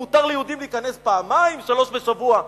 מותר ליהודים להיכנס פעמיים ושלוש פעמים בשבוע.